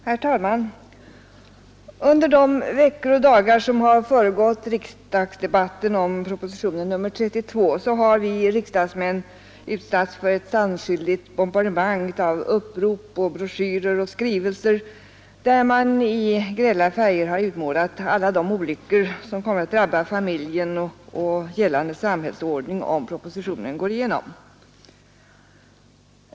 Herr talman! Under de veckor och dagar som föregått riksdagsdebatten om propositionen 32 har vi riksdagsmän utsatts för ett sannskyldigt bombardemang av upprop, broschyrer och skrivelser, där man i grälla färger utmålat alla de olyckor som kommer att drabba familjen och gällande samhällsordning om propositionen går igenom.